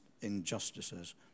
injustices